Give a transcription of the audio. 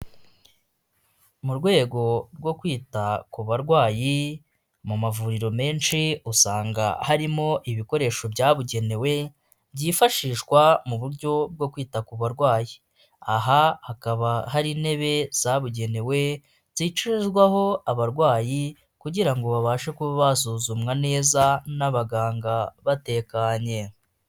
Mu rwego rwo kwita ku barwayi mu mavuriro menshi usanga harimo ibikoresho byabugenewe byifashishwa mu buryo bwo kwita ku barwayi aha hakaba hari intebe zabugenewe zicazwaho abarwayi kugira ngo babashe kuba basuzumwa neza n'abaganga batekanye.